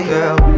Girl